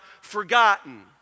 forgotten